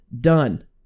done